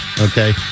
Okay